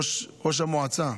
ראש המועצה,